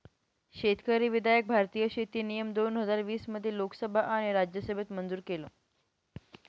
शेतकरी विधायक भारतीय शेती नियम दोन हजार वीस मध्ये लोकसभा आणि राज्यसभेत मंजूर केलं